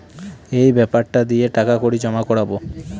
এই বেপারটা দিয়ে টাকা কড়ি জমা করাবো